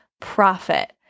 profit